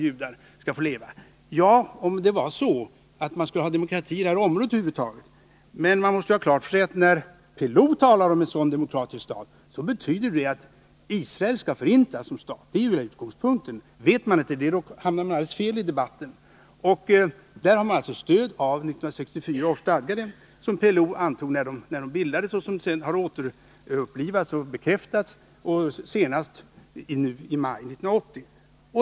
Ja, det kan man göra om man menar att det skall vara demokrati i hela detta område över huvud taget. Men man måste ha klart för sig att när PLO talar om en sådan demokratisk stat, så betyder det att Israel skall förintas som stat. Det är ju utgångspunkten. Vet man inte det hamnar man fel i debatten. Och det finns alltså stöd i 1964 års stadgar, som PLO antog vid bildandet och som sedan har återupplivats och bekräftats, senast i maj 1980.